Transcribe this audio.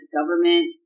government